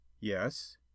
Yes